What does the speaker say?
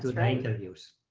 the interviews.